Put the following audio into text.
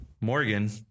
Morgan